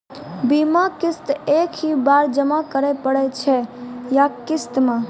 बीमा किस्त एक ही बार जमा करें पड़ै छै या किस्त मे?